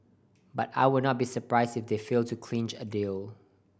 but I would not be surprised if they fail to clinch a deal